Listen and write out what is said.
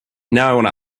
now